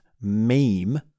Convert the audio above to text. meme